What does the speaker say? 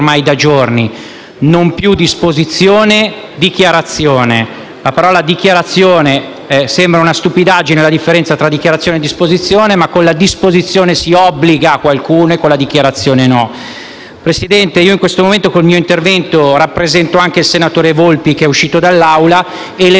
ma dichiarazione. Sembra una stupidaggine la differenza tra dichiarazione e disposizione, ma con la disposizione si obbliga qualcuno e con la dichiarazione no. Presidente, in questo momento con il mio intervento rappresento anche il senatore Volpi, che è uscito dall'Aula. Ricordo sommessamente alla senatrice Cattaneo che i signori Monti,